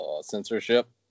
censorship